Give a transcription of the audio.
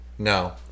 no